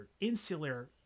insular